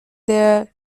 der